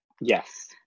Yes